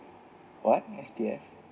what S_P_F